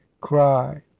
cry